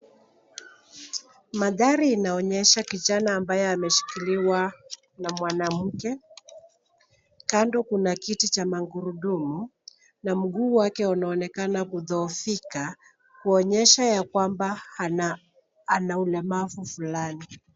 Mandhari inaonyesha kijana ambaye ameshikiliwa na mwanamke. Kando kuna kiti cha magurudumu na mguu wake unaonekana kudhoofika kuonyesha ya kwamba ana ulemavu fulani.